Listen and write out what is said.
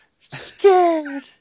scared